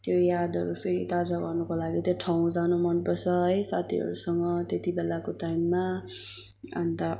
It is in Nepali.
त्यो यादहरू फेरि ताजा गर्नुको लागि त्यो ठाउँ जानु मनपर्छ है साथीहरूसँग त्यति बेलाको टाइममा अन्त